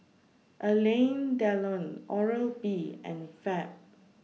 Alain Delon Oral B and Fab